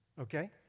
Okay